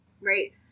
Right